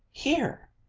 here!